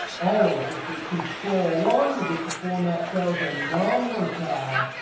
always, if we control one to get to format cells and number tab,